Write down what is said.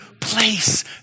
place